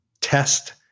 test